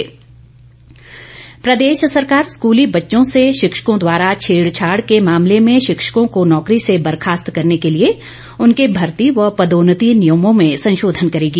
सुरेश भारद्वाज प्रदेश सरकार स्कूली बच्चों से शिक्षकों द्वारा छेड़छाड़ के मामले में शिक्षकों को नौकरी से बर्खास्त करने के लिए उनके भर्ती व पदोन्नति नियमों में संशोधन करेगी